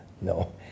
no